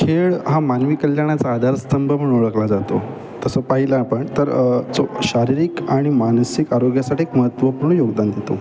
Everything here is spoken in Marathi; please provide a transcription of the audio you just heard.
खेळ हा मानवी कल्याणाचा आधारस्तंभ म्हणून ओळखला जातो तसं पाहिलं आपण तर जो शारीरिक आणि मानसिक आरोग्यासाठी एक महत्वपूर्ण योगदान देतो